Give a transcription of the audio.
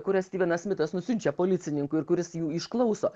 kurias styvenas smitas nusiunčia policininkui ir kuris jų išklauso